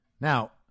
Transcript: Now